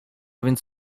więc